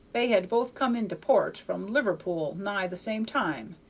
they had both come into port from liverpool nigh the same time,